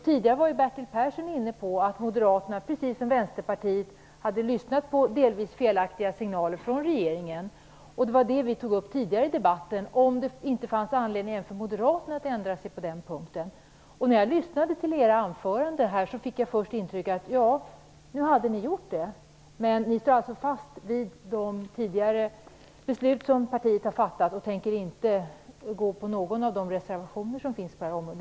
Tidigare var Bertil Persson inne på att Moderaterna precis som Vänsterpartiet hade lyssnat på delvis felaktiga signaler från regeringen. Vi tog tidigare i debatten upp frågan om det inte fanns anledning även för Moderaterna att ändra sig på den punkten. När jag lyssnade till era anföranden fick jag först intrycket att ni hade gjort det. Men ni står alltså fast vid de tidigare beslut som partiet har fattat och tänker inte gå på någon av de reservationer som finns på området.